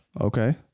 Okay